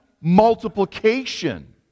multiplication